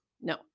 no